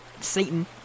Satan